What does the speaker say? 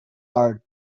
are